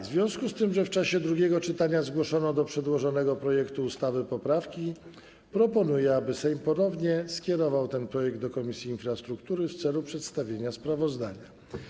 W związku z tym, że w czasie drugiego czytania zgłoszono do przedłożonego projektu ustawy poprawki, proponuję, aby Sejm ponownie skierował ten projekt do Komisji Infrastruktury w celu przedstawienia sprawozdania.